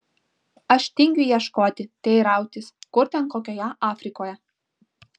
aš tingiu ieškoti teirautis kur ten kokioje afrikoje